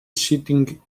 sitting